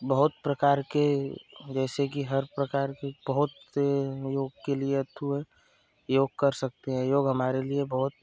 बहुत प्रकार के जैसे कि हर प्रकार के बहुत से योग के लिये अत्थु है योग कर सकते है योग हमारे लिये बहुत